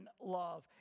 love